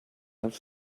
have